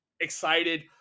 excited